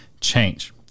change